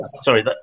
Sorry